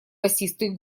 басистый